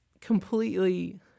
completely